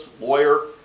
lawyer